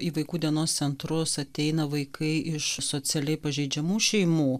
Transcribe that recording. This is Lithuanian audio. į vaikų dienos centrus ateina vaikai iš socialiai pažeidžiamų šeimų